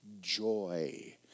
joy